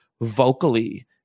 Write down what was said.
vocally